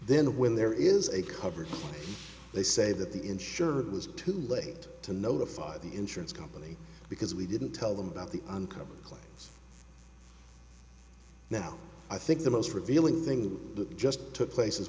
then when there is a cover they say that the insured was too late to notify the insurance company because we didn't tell them about the uncovered claims now i think the most revealing thing that just took place